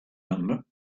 number